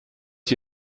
sie